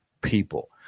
people